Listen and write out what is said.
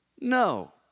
No